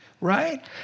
right